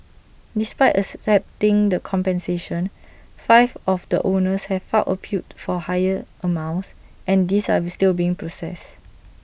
despite accepting the compensation five of the owners have filed appeals for higher amounts and these are still being processed